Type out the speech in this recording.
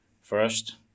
First